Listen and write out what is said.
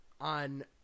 on